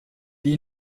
die